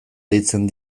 deitzen